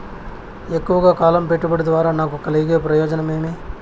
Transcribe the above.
ఎక్కువగా కాలం పెట్టుబడి ద్వారా నాకు కలిగే ప్రయోజనం ఏమి?